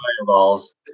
Fireballs